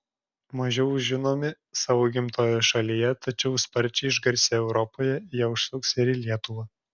mažiau žinomi savo gimtojoje šalyje tačiau sparčiai išgarsėję europoje jie užsuks ir į lietuvą